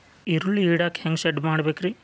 ಈರುಳ್ಳಿ ಇಡಾಕ ಹ್ಯಾಂಗ ಶೆಡ್ ಮಾಡಬೇಕ್ರೇ?